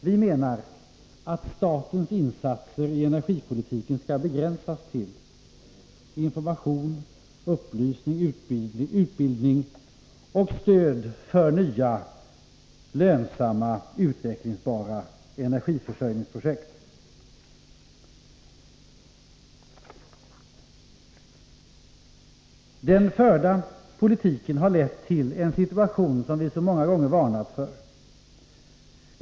Vi menar att statens insatser i energipolitiken skall begränsas till information, upplysning, utbildning och stöd för nya lönsamma och utvecklingsbara energiförsörjningsprojekt. Den förda politiken har lett till en situation som vi så många gånger varnat för.